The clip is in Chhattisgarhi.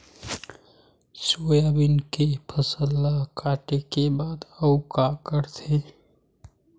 सोयाबीन के फसल ल काटे के बाद आऊ का करथे?